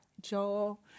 Joel